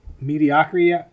mediocrity